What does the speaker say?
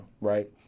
right